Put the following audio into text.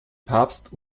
papst